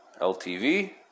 LTV